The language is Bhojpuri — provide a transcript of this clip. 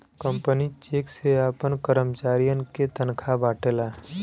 कंपनी चेक से आपन करमचारियन के तनखा बांटला